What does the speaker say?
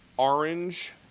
orange,